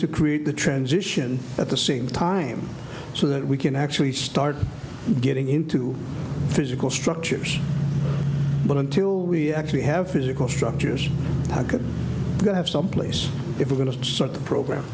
to create the transition at the same time so that we can actually start getting into physical structures but until we actually have physical structures i could have some place if we're going to such a program